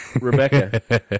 Rebecca